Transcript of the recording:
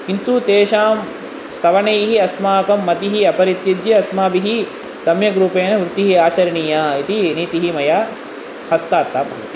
किन्तु तेषां स्तवनैः अस्माकं मतिः अपरित्यज्य अस्माभिः सम्यक् रूपेण वृत्तिः आचरणीया इति नीतिः मया हस्तात् ता भवति